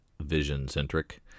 Vision-centric